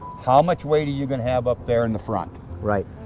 how much weight are you gonna have up there in the front, right?